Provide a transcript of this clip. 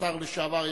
השר לשעבר,